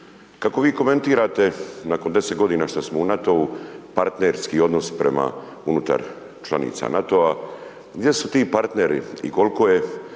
kako vi komentirate nakon 10 g. što smo u NATO-u, partnerski odnos prema unutar članica NATO-a, gdje su ti partneri i koliko je